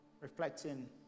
reflecting